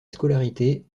scolarité